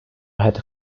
had